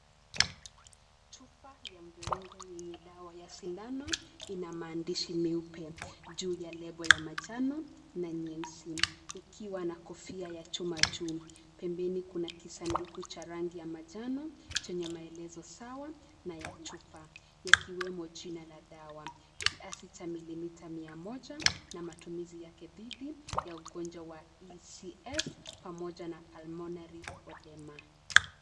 Chupa ya mviringo yenye dawa ya sindano, ina maandishi meupe juu ya lebo ya manjano na nyeusi, ikiwa na kofia ya chuma juu. Pembeni kuna kisanduku cha rangi ya manjano chenye maelezo sawa na ya chupa, yakiwemo jina la dawa kiasi cha milimita mia moja, na matumizi yake dhidi ya ugonjwa wa ECF pamoja na pulmonary oedema .